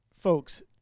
folks